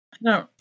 No